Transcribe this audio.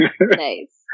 Nice